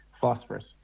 phosphorus